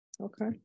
Okay